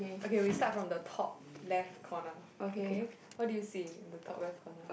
okay we start from the top left corner okay what do you see in the top left corner